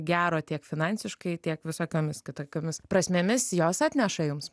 gero tiek finansiškai tiek visokiomis kitokiomis prasmėmis jos atneša jums